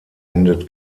endet